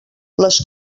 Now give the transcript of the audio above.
les